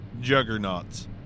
juggernauts